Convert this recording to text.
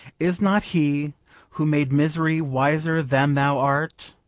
is not he who made misery wiser than thou art?